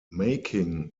making